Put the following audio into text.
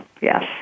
Yes